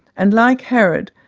and, like herod,